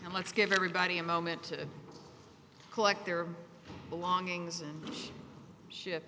so much give everybody a moment to collect their belongings and ship